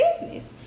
business